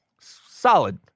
solid